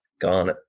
Gone